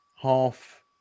half